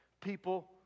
People